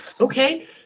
Okay